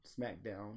SmackDown